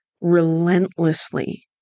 relentlessly